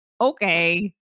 Okay